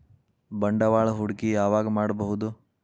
ಬಂಡವಾಳ ಹೂಡಕಿ ಯಾವಾಗ್ ಮಾಡ್ಬಹುದು?